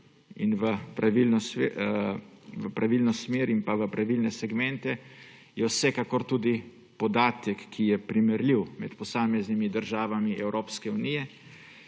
v pravilno smer in v pravilne segmente, vsekakor podatek, ki je primerljiv med posameznimi državami Evropske unije,